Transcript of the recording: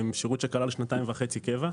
שירות שכלל שנתיים וחצי קבע.